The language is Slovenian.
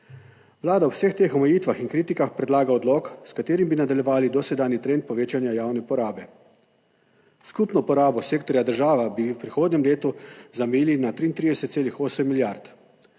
Vlada v vseh teh omejitvah in kritikah predlaga odlok, s katerim bi nadaljevali dosedanji trend povečanja javne porabe. Skupno porabo sektorja država bi v prihodnjem letu zamejili na 33,8 milijard.